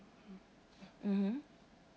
mmhmm